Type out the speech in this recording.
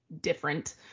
different